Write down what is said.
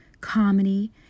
comedy